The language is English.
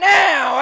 now